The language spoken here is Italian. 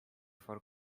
far